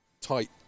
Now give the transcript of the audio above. tight